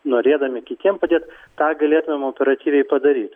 norėdami kitiem padėt tą galėtumėm operatyviai padaryt